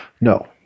No